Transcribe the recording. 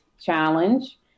challenge